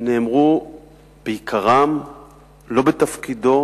נאמרו בעיקרם לא בתפקידו